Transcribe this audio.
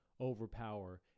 overpower